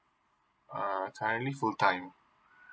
uh currently full time